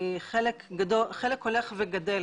כי חלק הולך וגדל